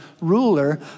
ruler